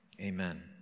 Amen